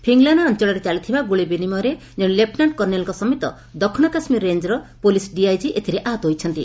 ଫିଙ୍ଗଲେନା ଅଞ୍ଚଳରେ ଚାଲିଥିବା ଗୁଳିବିନିମୟରେ ଜଣେ ଲେଫୁନାଣ୍ଟ କର୍ଣ୍ଣେଲଙ୍କ ସମେତ ଦକ୍ଷିଣ କାଶୁୀରର ରେଞ୍ଜର ପୋଲିସ ଡିଆଇକି ଏଥିରେ ଆହତ ହୋଇଛନ୍ତି